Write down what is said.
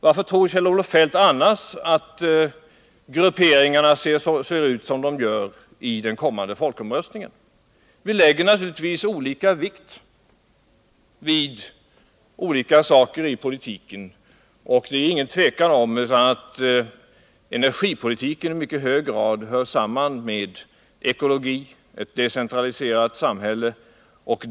Varför tror Kjell-Olof Feldt annars att grupperingarna ser ut som de gör i den kommande folkomröstningen? Vi lägger naturligtvis olika vikt vid olika saker i politiken. Det råder inget tvivel om att energipolitiken i mycket hög grad hör samman med ekologin och ett decentraliserat samhälle.